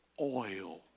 oil